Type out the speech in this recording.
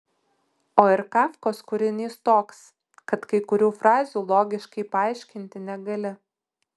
o ir kafkos kūrinys toks kad kai kurių frazių logiškai paaiškinti negali